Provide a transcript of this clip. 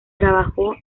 trabajó